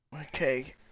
Okay